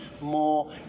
more